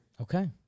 Okay